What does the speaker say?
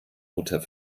mutter